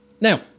Now